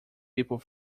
people